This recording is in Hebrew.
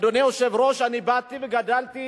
אדוני היושב-ראש, אני באתי וגדלתי